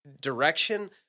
direction